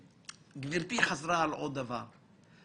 גברתי חזרה על עוד דבר,